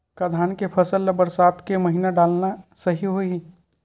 का धान के फसल ल बरसात के महिना डालना सही होही?